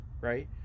right